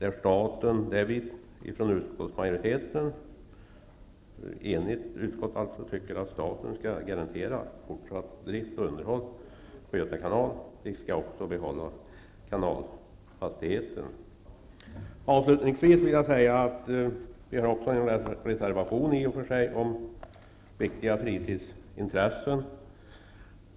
Ett enigt utskott tycker att staten skall garantera fortsatt drift och underhåll på Göta kanal. Vi skall också behålla kanalfastigheterna. Avslutningsvis vill jag säga att vi i och för sig har skrivit reservationer om viktiga fritidsintressen.